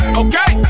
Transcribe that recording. okay